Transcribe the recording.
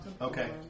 Okay